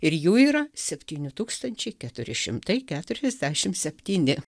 ir jų yra septyni tūkstančiai keturi šimtai keturiasdešim septyni